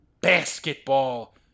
basketball